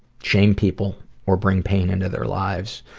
shame people or bring pain into their lives,